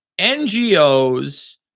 ngos